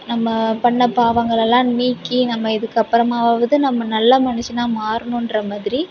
நம்ம பண்ண பாவங்கள் எல்லாம் நீக்கி நம்ம இதுக்கப்பறமாவது நம்ம நல்ல மனுஷனாக மாறுனுன்ற மாதிரி